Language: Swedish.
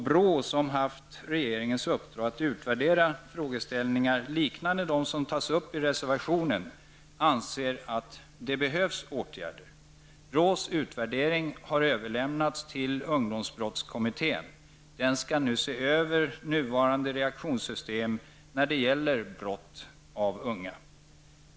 BRÅ, som haft regeringens uppdrag att utvärdera frågeställningar liknande dem som tas upp i reservationen, anser att det behövs åtgärder. BRÅs utvärdering har överlämnats till ungdomsbrottskommittén, som skall se över nuvarande reaktionssystem när det gäller brott av unga.